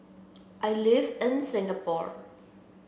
I live in Singapore